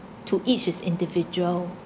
to each is individual